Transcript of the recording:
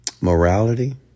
Morality